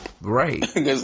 Right